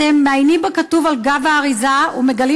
אתם מעיינים בכתוב על גבי האריזה ומגלים